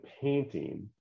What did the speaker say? painting